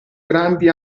grandi